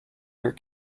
your